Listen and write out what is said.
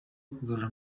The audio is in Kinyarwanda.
kugarura